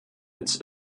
its